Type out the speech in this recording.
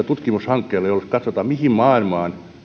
tutkimushankkeella jossa katsotaan mihin maailmaan